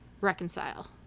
reconcile